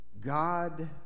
God